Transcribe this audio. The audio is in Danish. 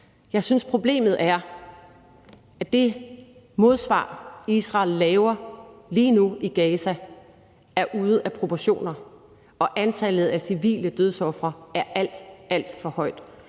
problemet er, at det modsvar, Israel laver lige nu i Gaza, er ude af proportioner, og antallet af civile dødsofre er alt, alt for højt,